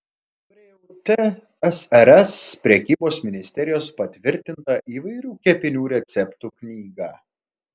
turėjau tsrs prekybos ministerijos patvirtintą įvairių kepinių receptų knygą